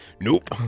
nope